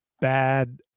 bad